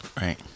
Right